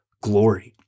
glory